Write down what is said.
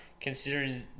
considering